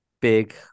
big